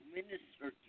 Minister